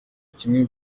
kimwe